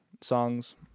songs